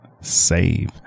Save